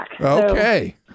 Okay